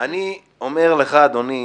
אני אומר לך, אדוני,